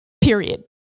period